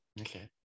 Okay